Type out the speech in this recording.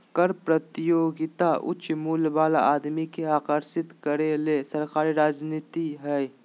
कर प्रतियोगिता उच्च मूल्य वाला आदमी के आकर्षित करे के सरकारी रणनीति हइ